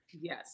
Yes